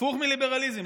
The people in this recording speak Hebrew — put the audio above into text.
הפוך מליברליזם.